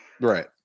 Right